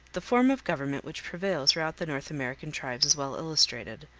the form of government which prevails throughout the north american tribes is well illustrated.